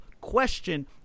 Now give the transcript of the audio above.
question